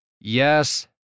Yes